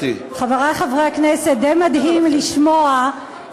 די מדהים לשמוע,